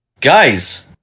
Guys